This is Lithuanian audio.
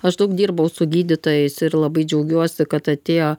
aš daug dirbau su gydytojais ir labai džiaugiuosi kad atėjo